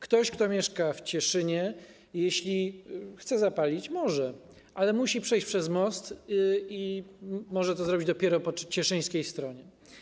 Ktoś, kto mieszka w Cieszynie, jeśli chce zapalić - może, ale musi przejść przez most i może to zrobić dopiero po czeskiej stronie.